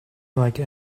like